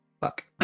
Fuck